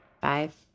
Five